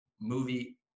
movie